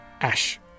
Ash